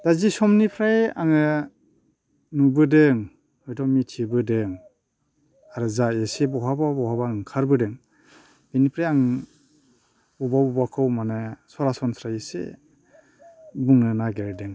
दा जि समनिफ्राय आङो नुबोदों हयथ' मिथिबोदों आरो जा एसे बहाबा बहाबा ओंखारबोदों बेनिफ्राय आं बबे बबेबाखौ माने सरासनस्रा एसे बुंनो नागिरदों